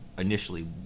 initially